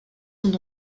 son